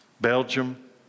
Belgium